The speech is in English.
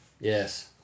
Yes